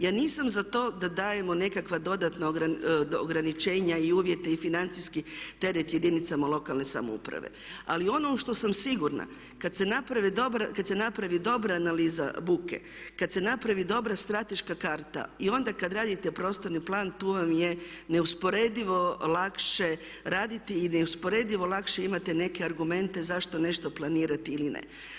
Ja nisam za to da dajemo nekakva dodatna ograničenja i uvjete i financijski teret jedinicama lokalne samouprave, ali ono u što sam sigurna kad se napravi dobra analiza buke, kad se napravi strateška karta i onda kad radite prostorni plan tu vam je neusporedivo lakše raditi i neusporedivo lakše imate neke argumente zašto nešto planirati ili ne.